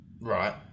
Right